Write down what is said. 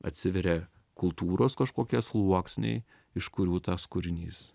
atsiveria kultūros kažkokie sluoksniai iš kurių tas kūrinys